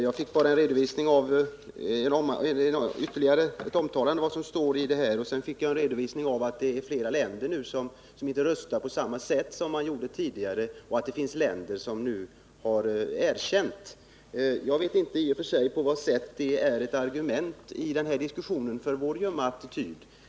Jag fick bara en ytterligare redogörelse för innehållet i betänkandet samt en redovisning av att det nu är flera länder som inte röstar på samma sätt som tidigare och att det finns länder som nu erkänt Indonesiens överhöghet i området. Jag vet inte på vad sätt detta i den här diskussionen skulle vara ett argument för vår ljumma attityd.